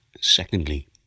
Secondly